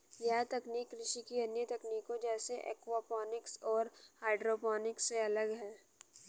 यह तकनीक कृषि की अन्य तकनीकों जैसे एक्वापॉनिक्स और हाइड्रोपोनिक्स से अलग है